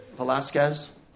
Velasquez